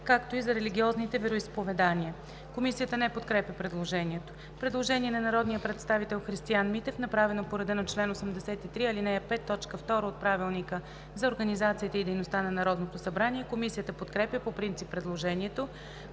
„както и за религиозните вероизповедания“.“ Комисията не подкрепя предложението. Предложение на народния представител Христиан Митев, направено по реда на чл. 83, ал. 5, т. 2 от Правилника за организацията и дейността на Народното събрание. Комисията подкрепя по принцип предложението.